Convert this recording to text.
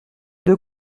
deux